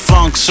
Funk